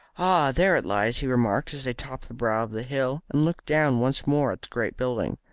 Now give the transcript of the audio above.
ah, there it lies! he remarked, as they topped the brow of the hill, and looked down once more at the great building.